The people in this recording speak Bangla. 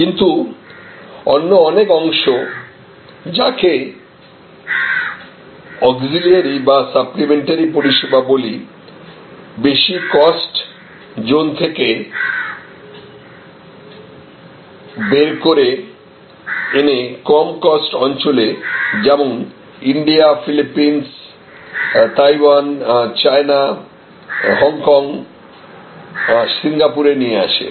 কিন্তু অন্য অনেক অংশ যাকে অক্সিলারি বা সাপ্লিমেন্টারি পরিষেবা বলি বেশি কস্ট জোন থেকে বের করে এনে কম কস্ট অঞ্চলে যেমন India Philippines Taiwan China Hong Kong সিঙ্গাপুরে নিয়ে আসে